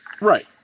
right